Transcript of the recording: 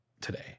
today